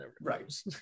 right